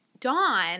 Dawn